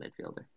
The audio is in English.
midfielder